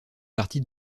partie